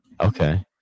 okay